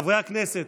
חברי הכנסת,